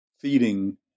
feeding